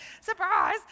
surprise